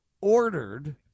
ordered